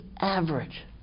average